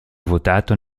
votato